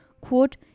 quote